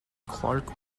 clark